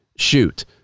shoot